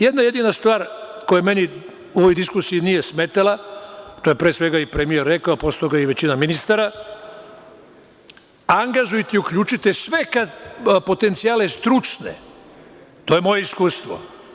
Jedna jedina stvar koja meni u ovoj diskusiji nije smetala, to je pre svega i premijer rekao, a posle toga i većina ministara, angažujte i uključite sve potencijale stručne, to je moje iskustvo.